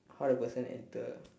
how the person enter